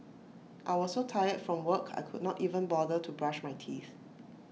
I was so tired from work I could not even bother to brush my teeth